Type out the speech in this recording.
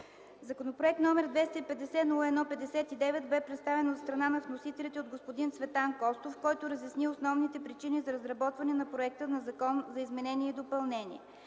Законопроект № 250-01-59 бе представен от страна на вносителите от господин Цветан Костов, който разясни основните причини за разработване на законопроекта за изменение и допълнение.